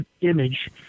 image